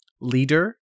leader